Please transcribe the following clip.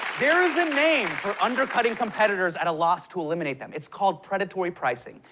there is a name for undercutting competitors at a loss to eliminate them. it's called predatory pricing.